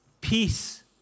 peace